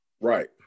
Right